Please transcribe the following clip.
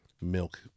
milk